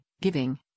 giving